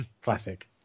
Classic